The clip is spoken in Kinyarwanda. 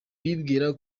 bibwira